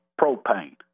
propane